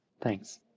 Thanks